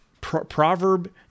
Proverb